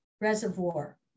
reservoir